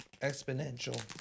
exponential